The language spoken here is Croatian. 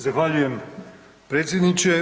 Zahvaljujem predsjedniče.